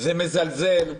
זה מזלזל,